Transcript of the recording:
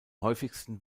häufigsten